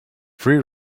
free